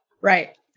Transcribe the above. Right